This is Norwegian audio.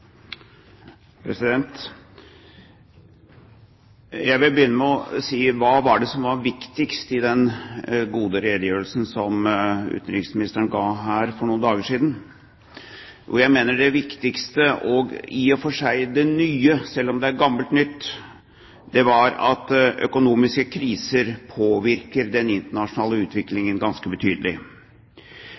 Jeg vil begynne med å si: Hva var det som var viktigst i den gode redegjørelsen som utenriksministeren ga her for noen dager siden? Jeg mener det viktigste og i og for seg det nye, selv om det er gammelt nytt, var at økonomiske kriser påvirker den internasjonale utviklingen ganske betydelig.